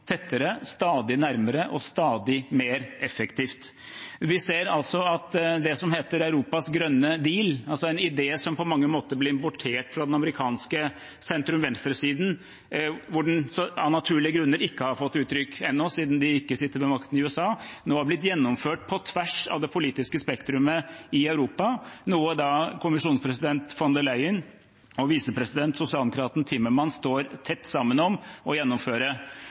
tettere, stadig nærmere og stadig mer effektivt. Vi ser at det som heter Europas grønne deal, en idé som på mange måter ble importert fra den amerikanske sentrum–venstre-siden – hvor den av naturlige grunner ikke har fått uttrykk ennå, siden de ikke sitter med makten i USA – nå har blitt gjennomført på tvers av det politiske spektrumet i Europa. Kommisjonspresident von der Leyen og sosialdemokraten visepresident Timmermans står tett sammen om å gjennomføre